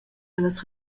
ellas